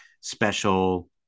special